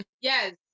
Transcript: Yes